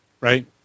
right